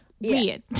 weird